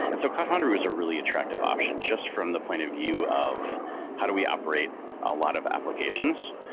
and so cloud foundry was a really attractive option just from the point of view of how do we operate a lot of applications,